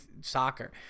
soccer